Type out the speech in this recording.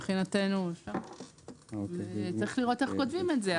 מבחינתנו צריך לראות איך כותבים את זה,